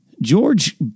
George